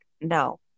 No